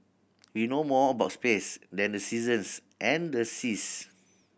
we know more about space than the seasons and the seas